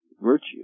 virtue